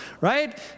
right